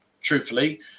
truthfully